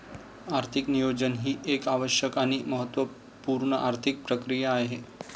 आर्थिक नियोजन ही एक आवश्यक आणि महत्त्व पूर्ण आर्थिक प्रक्रिया आहे